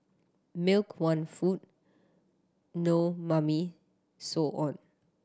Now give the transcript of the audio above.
milk want food no Mummy so on